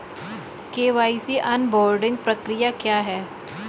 KYC onboarding प्रक्रिया क्या है?